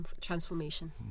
transformation